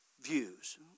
views